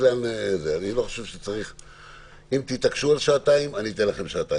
אם תתעקשו על שעתיים, אתן לכם שעתיים.